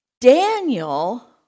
Daniel